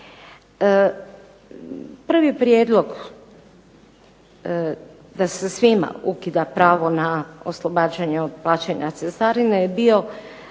Prvi prijedlog da se svima ukida pravo oslobađanje od plaćanja cestarine je bio